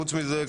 וחוץ מזה,